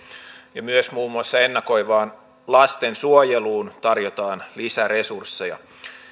ja myös muun muassa ennakoivaan lastensuojeluun tarjotaan lisäresursseja